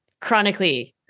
chronically